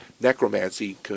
necromancy